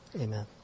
Amen